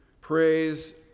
praise